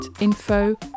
info